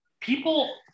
people